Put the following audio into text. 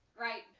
Right